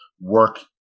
work